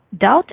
doubt